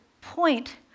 point